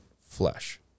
flesh